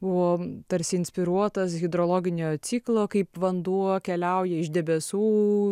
buvo tarsi inspiruotas hidrologinio ciklo kaip vanduo keliauja iš debesų